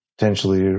potentially